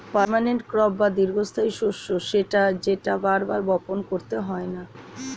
permanent crop বা দীর্ঘস্থায়ী শস্য সেটা যেটা বার বার বপণ করতে হয়না